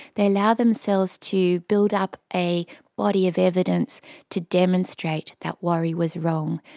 they allow themselves to build up a body of evidence to demonstrate that worry was wrong,